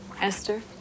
Esther